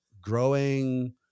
growing